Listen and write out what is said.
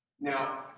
Now